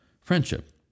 friendship